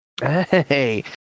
Hey